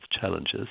challenges